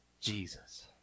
Jesus